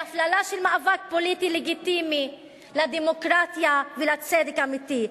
להפללה של מאבק פוליטי לגיטימי לדמוקרטיה ולצדק אמיתי,